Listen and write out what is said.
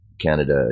Canada